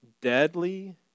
deadly